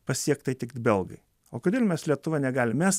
pasiekt tai tik belgai o kodėl mes lietuva negalim mes